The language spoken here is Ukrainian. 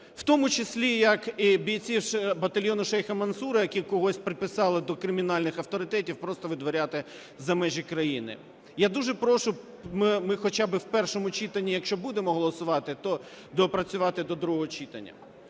в тому числі як і бійців батальйону Шейха Мансура, з яких когось приписали до кримінальних авторитетів, просто видворяти за межі країни. Я дуже прошу, ми хоча б в першому читанні якщо будемо голосувати, то доопрацювати до другого читання.